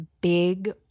big